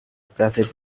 clase